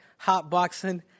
hotboxing